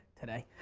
today.